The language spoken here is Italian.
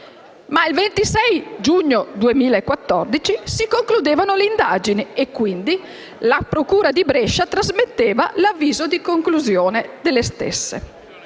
data 26 giugno 2014 si concludevano però le indagini, per cui la procura di Brescia trasmetteva l'avviso di conclusione delle stesse.